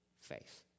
faith